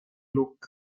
look